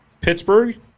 Pittsburgh